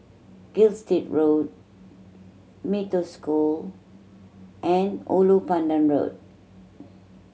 Gilstead Road Mee Toh School and Ulu Pandan Road